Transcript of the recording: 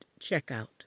checkout